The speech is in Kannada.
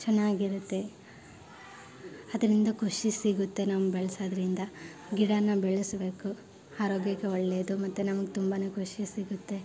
ಚೆನ್ನಾಗಿರುತ್ತೆ ಅದರಿಂದ ಖುಷಿ ಸಿಗುತ್ತೆ ನಾವು ಬೆಳೆಸೋದ್ರಿಂದ ಗಿಡವನ್ನು ಬೆಳೆಸಬೇಕು ಆರೋಗ್ಯಕ್ಕೆ ಒಳ್ಳೆಯದು ಮತ್ತು ನಮ್ಗೆ ತುಂಬ ಖುಷಿ ಸಿಗುತ್ತೆ